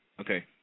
Okay